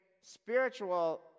spiritual